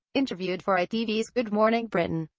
interviewed for itv's good morning britain,